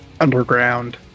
underground